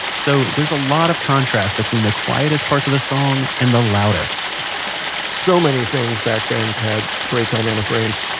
so, there's a lot of contrast between the quietest parts of a song and the loudest so many things back then had a great dynamic range.